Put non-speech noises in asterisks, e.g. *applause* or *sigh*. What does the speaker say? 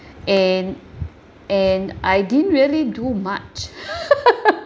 *breath* and and I didn't really do much *laughs*